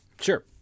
Sure